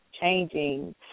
changing